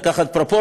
תבין,